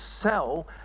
sell